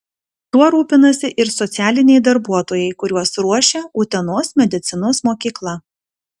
tuo rūpinasi ir socialiniai darbuotojai kuriuos ruošia utenos medicinos mokykla